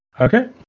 Okay